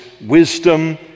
wisdom